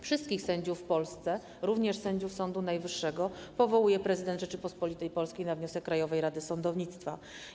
Wszystkich sędziów w Polsce, również sędziów Sądu Najwyższego, powołuje prezydent Rzeczypospolitej Polskiej na wniosek Krajowej Rady Sądownictwa.